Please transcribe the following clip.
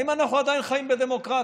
האם אנחנו עדיין חיים בדמוקרטיה?